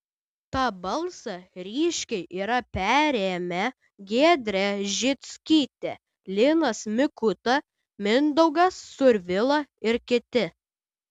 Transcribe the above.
tą balsą ryškiai yra perėmę giedrė žickytė linas mikuta mindaugas survila ir kiti